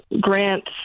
grants